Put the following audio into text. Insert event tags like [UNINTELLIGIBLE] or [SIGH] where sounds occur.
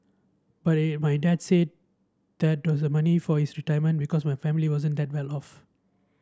but [UNINTELLIGIBLE] my dad said that was the money for his retirement because my family wasn't that well off